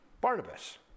Barnabas